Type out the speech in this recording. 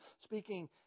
speaking